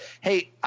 hey